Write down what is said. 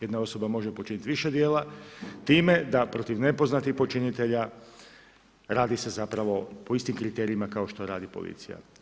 Jedna osoba može počiniti više djela, time da protiv nepoznatih počinitelja radi se zapravo po istim kriterijima kao što radi policija.